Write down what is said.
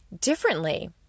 differently